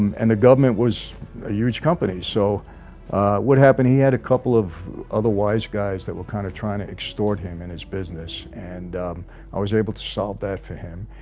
and the government was a huge company so what happened he had a couple of other wise guys that were kind of trying to extort him in his business and i was able to solve that for him,